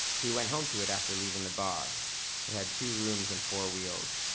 he went home to it after leaving the bar. it had two rooms and four wheels.